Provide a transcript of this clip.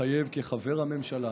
מתחייב כחבר הממשלה